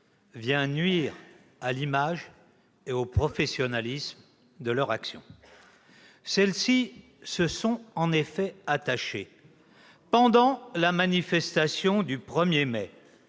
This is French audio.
vient nuire à l'image et au professionnalisme de leur action. Les forces de l'ordre se sont en effet attachées, pendant la manifestation du 1 mai,